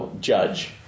judge